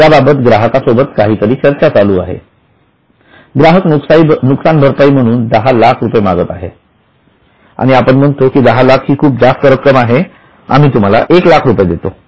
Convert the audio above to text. याबाबत ग्राहकासोबत काहीतरी चर्चा चालू आहे ग्राहक नुकसान भरपाई म्हणून दहा लाख रुपये मागत आहे आणि आपण म्हणतो की दहा लाख ही खूप जास्त रक्कम आहे आम्ही तुम्हाला एक लाख रुपये देतो